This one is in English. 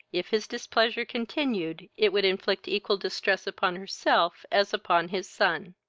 if his displeasure continued, it would inflict equal distress upon herself as upon his son.